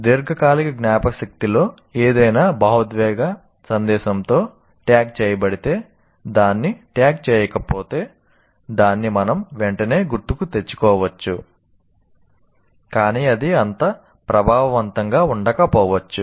దీర్ఘకాలిక జ్ఞాపకశక్తిలో ఏదైనా భావోద్వేగ సందేశంతో ట్యాగ్ చేయబడితే దాన్ని ట్యాగ్ చేయకపోతే దాన్ని మనం వెంటనే గుర్తుకు తెచ్చుకోవచ్చు కానీ అది అంత ప్రభావవంతంగా ఉండకపోవచ్చు